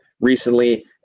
recently